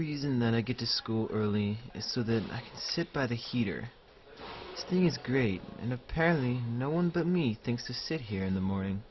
reason then i get to school early so that i sit by the heater he is great and apparently no one but me thinks to sit here in the morning